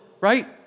right